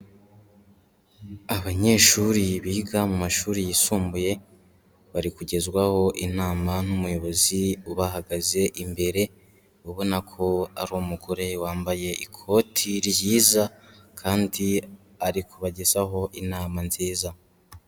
Abanyeshuri biga mu mashuri yisumbuye, bari kugezwaho inama n'umuyobozi ubahagaze imbere ubona ko ari umugore wambaye ikoti ryiza kandi ari kubagezaho inama nziza.